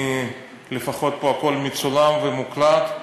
לפחות הכול פה מצולם ומוקלט,